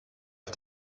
auf